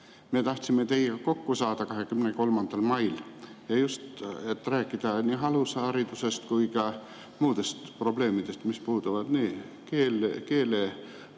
Me tahtsime teiega kokku saada 23. mail ja just selleks, et rääkida nii alusharidusest kui ka muudest probleemidest, mis puudutavad nii